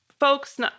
Folks